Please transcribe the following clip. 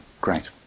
great